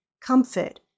Comfort